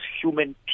human